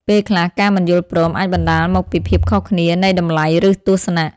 ពេលខ្លះ ការមិនយល់ព្រមអាចបណ្តាលមកពីភាពខុសគ្នានៃតម្លៃ ឬទស្សនៈ។